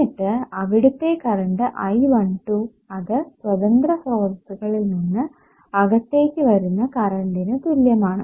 എന്നിട്ട് അവിടുത്തെ current I12 അത് സ്വതന്ത്ര സ്രോതസ്സുകളിൽ നിന്ന് അകത്തേക്ക് വരുന്ന കറണ്ടിന് തുല്യമാണ്